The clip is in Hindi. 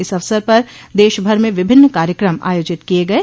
इस अवसर पर देशभर में विभिन्न कार्यक्रम आयोजित किए गये